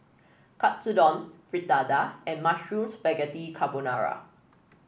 Katsudon Fritada and Mushroom Spaghetti Carbonara